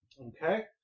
Okay